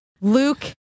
Luke